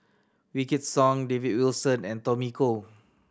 Wykidd Song David Wilson and Tommy Koh